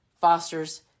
fosters